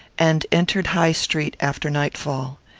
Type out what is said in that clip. and entered high street after nightfall.